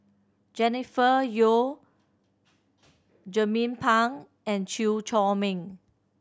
Jennifer Yeo Jernnine Pang and Chew Chor Meng